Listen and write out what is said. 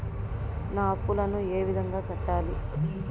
నా అప్పులను ఏ విధంగా కట్టాలి?